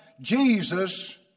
Jesus